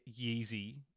Yeezy